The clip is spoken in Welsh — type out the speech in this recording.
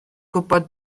gwybod